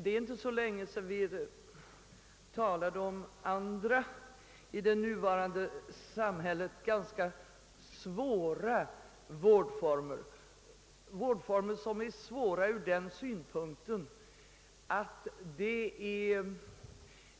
Det är inte länge sedan vi talade om andra besvärliga vårdformer där det med hänsyn